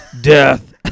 death